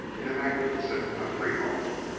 in a magnificent country home.